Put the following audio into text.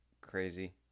crazy